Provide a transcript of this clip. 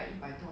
that's cheap